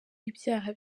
ibyaha